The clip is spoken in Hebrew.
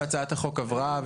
אני קובע שהצעת החוק עברה.